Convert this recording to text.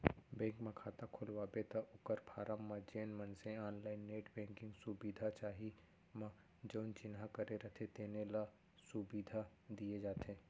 bank म खाता खोलवाबे त ओकर फारम म जेन मनसे ऑनलाईन नेट बेंकिंग सुबिधा चाही म जउन चिन्हा करे रथें तेने ल सुबिधा दिये जाथे